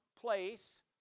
place